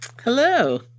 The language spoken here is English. Hello